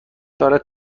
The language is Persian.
دارد